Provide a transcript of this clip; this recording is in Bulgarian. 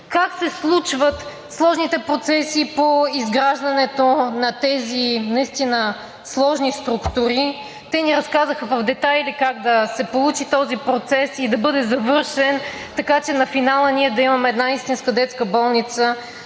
как се случват сложните процеси по изграждането на тези наистина сложни структури. Те ни разказаха в детайли как да се получи този процес и да бъде завършен, така че на финала ние да имаме една истинска детска болница